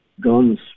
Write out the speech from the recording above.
guns